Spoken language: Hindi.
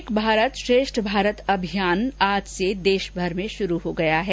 एक भारत श्रेष्ठ भारत अभियान आज से देशभर में शुरू हो गया है